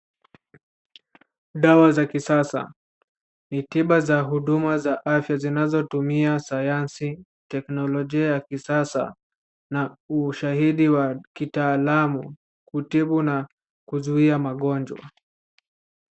Dawa za kisasa. Ni tiba za huduma za afya zinazotumia sayansi, teknolojia ya kisasa na ushahidi wa kitaalamu kutibu na kuzuia magonjwa.